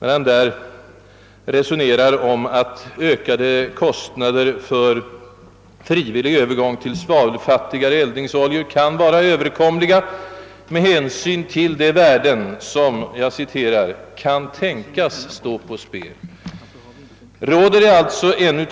Han resonerar nämligen där om att ökade kostnader för frivillig övergång till svavelfattigare eldningsoljor kan vara överkomliga med hänsyn till de värden som »kan tänkas stå på spel». Råder det alltså ännu